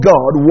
God